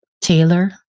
Taylor